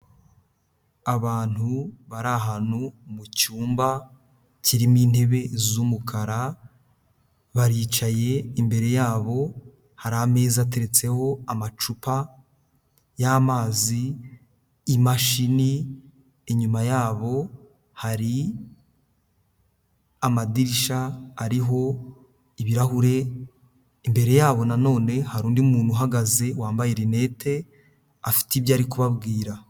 Abantu bari ahantu mu cyumba kirimo intebe z'umukara, baricaye imbere yabo hari ameza ateretseho amacupa y'amazi, imashini, inyuma yabo hari amadirishya ariho ibirahure, imbere yabo nanone hari undi muntu uhagaze wambaye rinete, afite ibyo ari kubabwira.